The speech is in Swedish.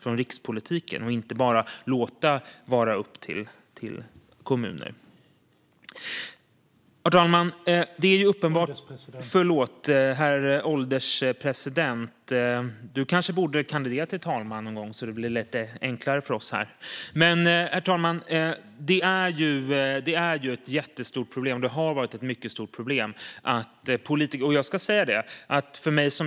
Vi kan inte bara låta det vara upp till kommunerna. Herr ålderspresident!